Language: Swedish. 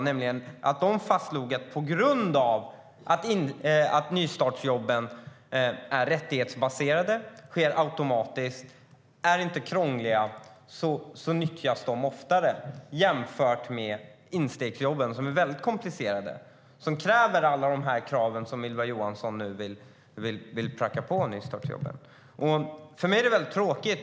De fastslog nämligen att på grund av att nystartsjobben är rättighetsbaserade, sker automatiskt och inte är krångliga nyttjas de oftare jämfört med instegsjobben, som är väldigt komplicerade och som kräver allt det som Ylva Johansson nu vill pracka på nystartsjobben. För mig är det väldigt tråkigt.